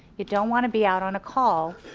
you don't want to be out on a call,